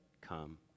come